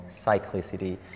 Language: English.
cyclicity